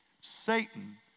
Satan